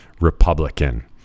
Republican